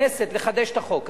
לכנסת לחדש את החוק הזה.